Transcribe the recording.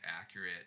accurate